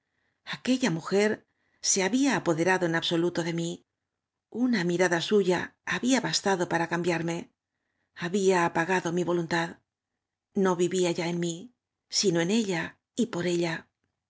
aquella mujer se había apoderado en absoluto de m í una mirada suya había bastado para cambiarme habfa apa gado mi voluntad no vivía ya en mí sino en ella y por ella